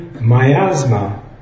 miasma